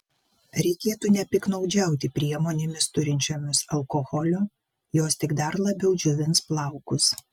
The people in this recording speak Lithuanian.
reikėtų nepiktnaudžiauti priemonėmis turinčiomis alkoholio jos tik dar labiau džiovins plaukus